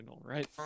right